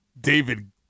David